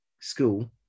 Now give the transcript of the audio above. school